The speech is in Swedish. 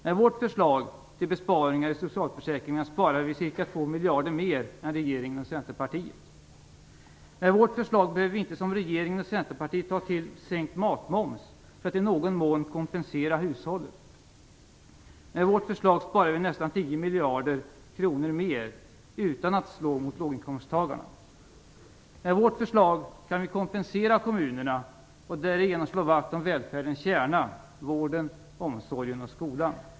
Med vårt förslag till besparingar i socialförsäkringarna sparar vi ca 2 miljarder kronor mer än regeringen och Centerpartiet. Med vårt förslag behöver vi inte som regeringen och Centerpartiet ta till en sänkt matmoms för att i någon mån kompensera hushållen. Med vårt förslag sparar vi nästan 10 miljarder kronor mer utan att slå mot låginkomsttagarna. Med vårt förslag kan vi kompensera kommunerna och därigenom slå vakt om välfärdens kärna: vården, omsorgen, och skolan.